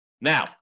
Now